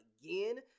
again